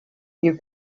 you